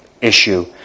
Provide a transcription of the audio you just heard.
issue